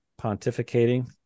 pontificating